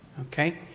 Okay